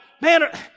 man